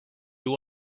will